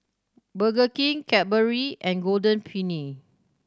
Burger King Cadbury and Golden Peony